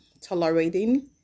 tolerating